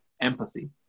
empathy